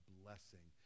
blessing